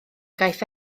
caiff